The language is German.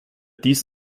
dies